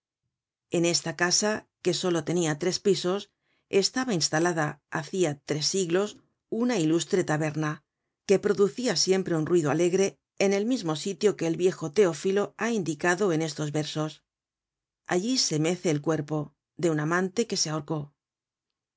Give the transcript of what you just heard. en esta casa que solo tenia tres pisos estaba instalada hacia tres siglos una ilustre taberna que producia siempre un ruido alegre en el mismo sitio que el viejo teofilo ha indicado en estos versos allí se mece el cuerpo de un amante que se ahorcó